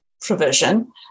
provision